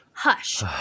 hush